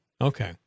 Okay